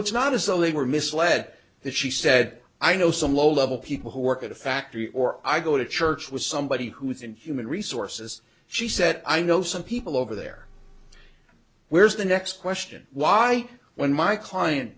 it's not as though they were misled that she said i know some low level people who work at a factory or i go to church with somebody who is in human resources she said i know some people over there where's the next question why when my client